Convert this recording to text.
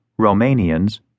Romanians